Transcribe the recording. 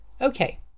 Okay